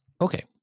Okay